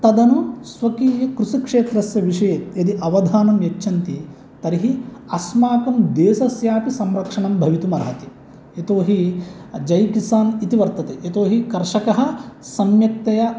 तदनु स्वकीय कृषिक्षेत्रस्य विषये यदि अवधानं यच्छन्ति तर्हि अस्माकं देशस्यापि संरक्षणं भवितुम् अर्हति यतोहि जय किसान् इति वर्तते यतोहि कृषकः सम्यक्तया